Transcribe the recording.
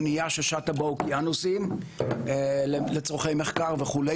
אם זה אונייה ששטה באוקיינוסים לצורכי מחקר וכו',